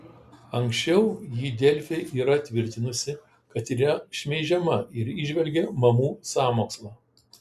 anksčiau ji delfi yra tvirtinusi kad yra šmeižiama ir įžvelgė mamų sąmokslą